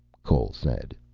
cole said.